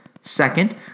Second